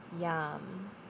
Yum